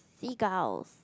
seagulls